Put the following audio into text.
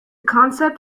concept